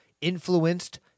influenced